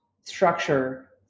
structure